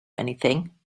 anything